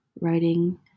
writing